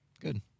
Good